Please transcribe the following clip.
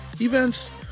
events